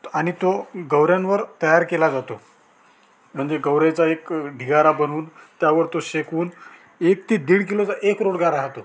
आणि तो गवरणवर तयार केला जातो म्हणजे गोवऱ्याचा एक ढिगारा बनवून त्यावर तो शेकवून एक ते दीड किलोचा एक रोडगा राहतो